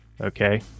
Okay